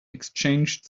exchanged